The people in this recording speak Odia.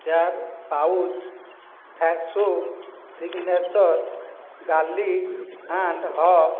ଚାରି pouch Fresho signature garlic and hub